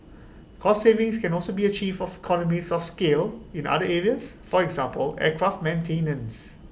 cost savings can also be achieved of economies of scale in other areas for example aircraft maintenance